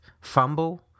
fumble